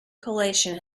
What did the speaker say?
collation